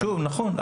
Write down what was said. נכון.